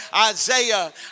Isaiah